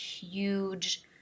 huge